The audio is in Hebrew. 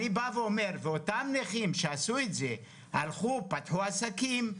אותם נכים שעשו את זה פתחו עסקים,